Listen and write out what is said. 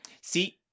see